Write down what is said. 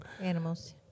Animals